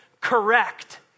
correct